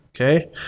Okay